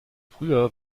früher